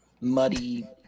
muddy